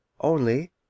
Only